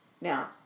Now